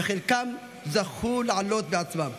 וחלקם זכו לעלות בעצמם.